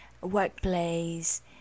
workplace